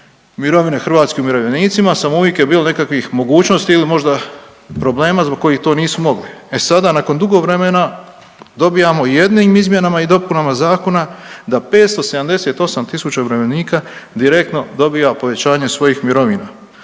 mirovine hrvatskim umirovljenicima, samo uvijek je bilo nekakvih mogućnosti ili možda problema zbog kojih to nisu mogli. E sada nakon dugo vremena dobijamo jednim izmjenama i dopunama zakona da 570 tisuća umirovljenika direktno dobija povećanje svojih mirovina.